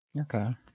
Okay